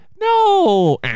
no